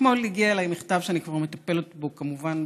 אתמול הגיע אליי מכתב, שאני כבר מטפלת בו כמובן,